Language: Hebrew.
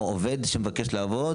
או עובד שמבקש לעבוד,